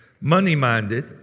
money-minded